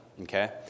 Okay